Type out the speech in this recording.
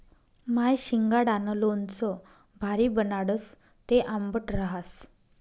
माय शिंगाडानं लोणचं भारी बनाडस, ते आंबट रहास